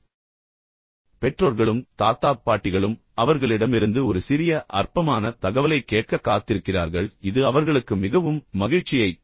அதேசமயம் பெற்றோர்களும் தாத்தா பாட்டிகளும் அவர்களிடமிருந்து ஒரு சிறிய அற்பமான தகவலைக் கேட்க காத்திருக்கிறார்கள் இது அவர்களுக்கு மிகவும் மகிழ்ச்சியைத் தரும்